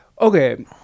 Okay